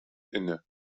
inne